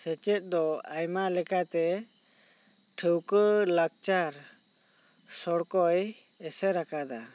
ᱥᱮᱪᱮᱫ ᱫᱚ ᱟᱭᱢᱟ ᱞᱮᱠᱟᱛᱮ ᱴᱷᱟ ᱣᱠᱟᱹ ᱞᱟᱠᱪᱟᱨ ᱥᱚᱲᱠᱚᱭ ᱮᱥᱮᱨᱟᱠᱟᱫᱟ